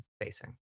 facing